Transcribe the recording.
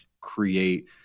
create